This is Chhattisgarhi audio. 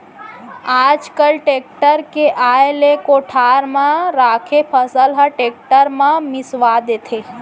आज काल टेक्टर के आए ले कोठार म राखे फसल ल टेक्टर म मिंसवा देथे